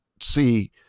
see